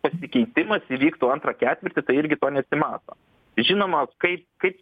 pasikeitimas įvyktų antrą ketvirtį tai irgi to nesimato žinoma kaip kaip